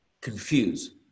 confuse